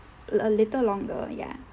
a a little longer ya